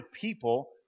people